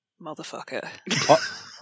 motherfucker